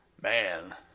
Man